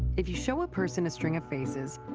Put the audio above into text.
if you show a person a string of faces,